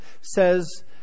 says